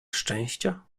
szczęścia